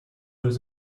was